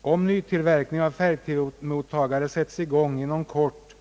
Om nytillverkning av färgmottagare sätts i gång inom kort,